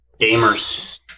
Gamers